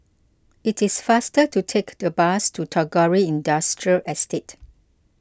it is faster to take the bus to Tagore Industrial Estate